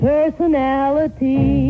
personality